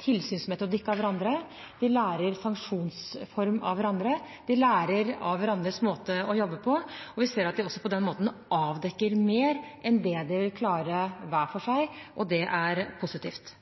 tilsynsmetodikk av hverandre, de lærer sanksjonsform av hverandre, og de lærer av hverandres måte å jobbe på. Vi ser at de på den måten også avdekker mer enn det de ville klare hver for seg, og det er positivt.